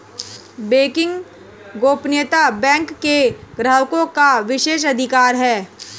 banking गोपनीयता bank के ग्राहकों का विशेषाधिकार है